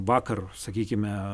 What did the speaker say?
vakar sakykime